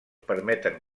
permeten